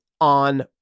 on